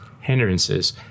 hindrances